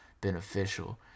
beneficial